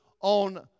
on